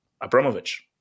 Abramovich